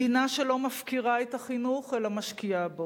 מדינה שלא מפקירה את החינוך אלא משקיעה בו,